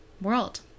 world